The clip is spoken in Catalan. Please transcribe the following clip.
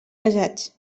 casats